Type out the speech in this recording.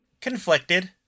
Conflicted